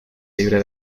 libre